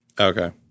Okay